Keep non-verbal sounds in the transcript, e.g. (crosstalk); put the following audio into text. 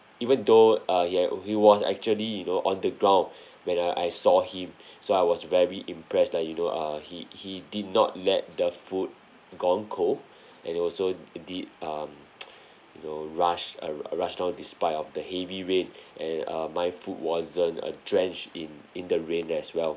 even though uh he ac~ he was actually you know on the ground when I I saw him so I was very impressed lah you know err he he did not let the food gone cold and also did um (noise) you know rush uh rush down despite of the heavy rain and uh my food wasn't uh drenched in in the rain as well